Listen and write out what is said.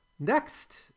Next